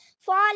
fall